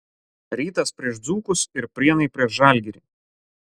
rytas prieš dzūkus ir prienai prieš žalgirį